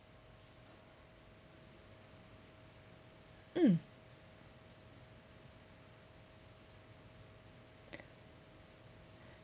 mm